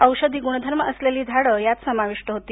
औषधी गुणधर्म असलेली झाडे यात समाविष्ट होती